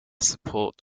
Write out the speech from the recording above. support